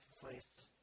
place